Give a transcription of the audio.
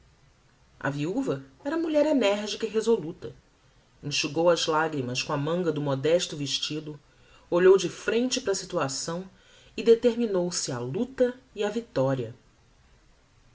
a viuva era mulher energica e resoluta enxugou as lagrimas com a manga do modesto vestido olhou de frente para a situação e determinou se á luta e á victoria